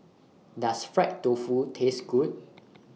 Does Fried Tofu Taste Good